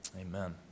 Amen